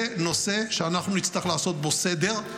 זה נושא שאנחנו נצטרך לעשות בו סדר,